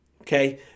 Okay